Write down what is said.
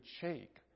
shake